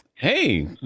Hey